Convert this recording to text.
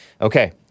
Okay